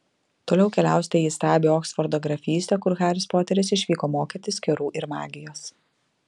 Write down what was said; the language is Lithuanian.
toliau keliausite į įstabią oksfordo grafystę kur haris poteris išvyko mokytis kerų ir magijos